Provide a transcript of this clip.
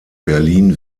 berlin